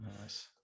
Nice